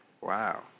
Wow